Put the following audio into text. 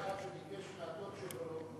היה אחד שביקש מהדוד שלו שהלך